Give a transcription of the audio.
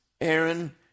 Aaron